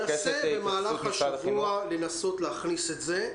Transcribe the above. ננסה במהלך השבוע להכניס את זה.